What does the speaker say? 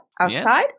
outside